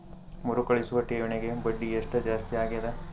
ಮರುಕಳಿಸುವ ಠೇವಣಿಗೆ ಬಡ್ಡಿ ಎಷ್ಟ ಜಾಸ್ತಿ ಆಗೆದ?